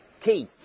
Key